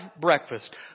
breakfast